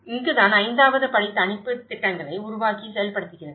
இங்குதான் ஐந்தாவது படி தணிப்புத் திட்டங்களை உருவாக்கி செயல்படுத்துகிறது